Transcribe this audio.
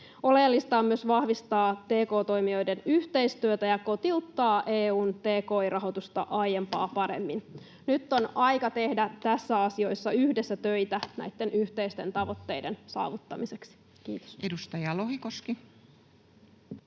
Oleellista on myös vahvistaa tk-toimijoiden yhteistyötä ja kotiuttaa EU:n tki-rahoitusta aiempaa paremmin. Nyt on aika tehdä näissä asioissa yhdessä töitä näitten yhteisten tavoitteiden saavuttamiseksi. — Kiitos.